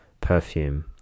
Perfume